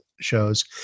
shows